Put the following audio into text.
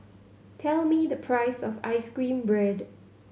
tell me the price of ice cream bread